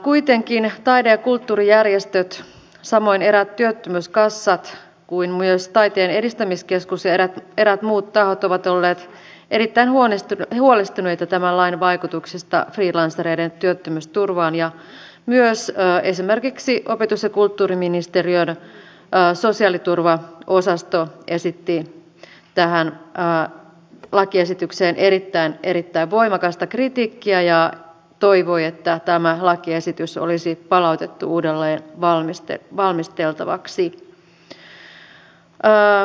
kuitenkin taide ja kulttuurijärjestöt samoin kuin eräät työttömyyskassat ja myös taiteen edistämiskeskus ja eräät muut tahot ovat olleet erittäin huolestuneita tämän lain vaikutuksista freelancereiden työttömyysturvaan ja myös esimerkiksi opetus ja kulttuuriministeriön sosiaaliturvaosasto esitti tähän lakiesitykseen erittäin erittäin voimakasta kritiikkiä ja toivoi että tämä lakiesitys olisi palautettu uudelleenvalmisteltavaksi